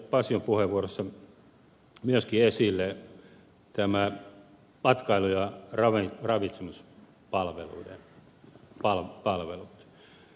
paasion puheenvuorossa myöskin esille nämä matkailu ja ravitsemuspalvelut